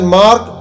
mark